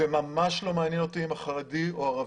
זה ממש לא מעניין אותי אם אתה חרדי או ערבי.